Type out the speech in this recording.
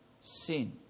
sin